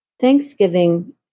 Thanksgiving